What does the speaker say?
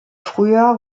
frühjahr